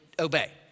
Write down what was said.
obey